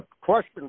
Question